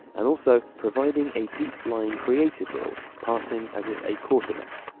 and also provided a deeper-lying creative role, passing as if a quarter-back.